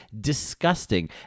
disgusting